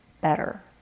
better